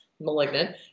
malignant